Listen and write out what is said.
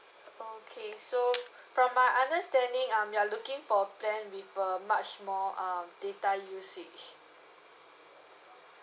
okay so from my understanding um you're looking for a plan with a much more um data usage